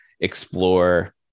explore